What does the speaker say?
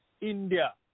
India